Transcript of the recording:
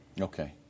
Okay